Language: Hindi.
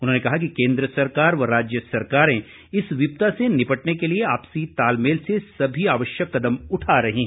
उन्होंने कहा कि केंद्र सरकार व राज्य सरकारें इस विपदा से निपटने के लिए आपसी तालमेल से सभी जरूरी कदम उठा रही है